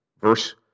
verse